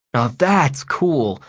that's cool.